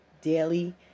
daily